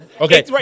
Okay